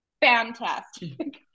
fantastic